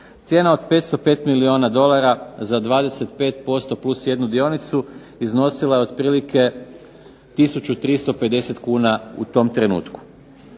Cijena od 505 milijuna dolara za 25% + jednu dionicu iznosila je otprilike tisuću 350 kuna u tom trenutku.